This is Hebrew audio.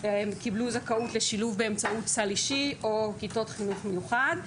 קיבלו זכאות לשילוב באמצעות סל אישי או כיתות חינוך מיוחד.